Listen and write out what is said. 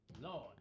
Lord